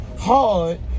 hard